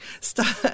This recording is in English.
stop